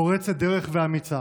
פורצת דרך ואמיצה.